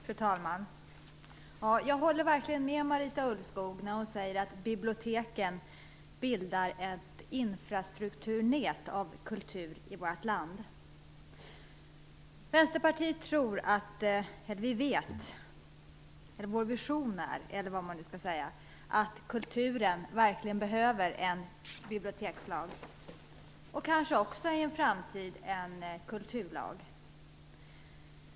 Fru talman! Jag håller verkligen med Marita Ulvskog när hon säger att biblioteken bildar ett infrastrukturnät av kultur i vårt land. Vänsterpartiet vet, och har en vision om, att kulturen verkligen behöver en bibliotekslag. I framtiden behövs det kanske också en kulturlag.